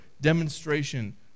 demonstration